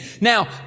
Now